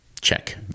Check